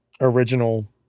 original